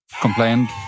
complained